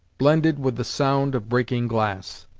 blended with the sound of breaking glass.